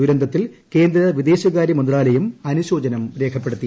ദുരന്തത്തിൽ കേന്ദ്ര വിദേശകാര്യ മന്ത്രാലയം അനുശോചനം രേഖപ്പെടുത്തി